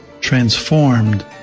transformed